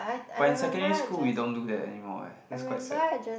but in secondary school we don't do that anymore eh that's quite sad